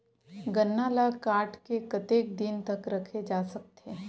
गन्ना ल काट के कतेक दिन तक रखे जा सकथे?